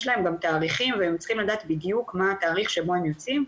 יש להם גם תאריכים והם צריכים לדעת בדיוק מה התאריך שהם יוצאים,